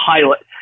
pilot